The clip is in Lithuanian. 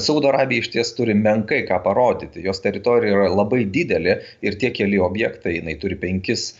saudo arabija išties turi menkai ką parodyti jos teritorija yra labai didelė ir tie keli objektai jinai turi penkis